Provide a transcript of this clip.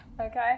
Okay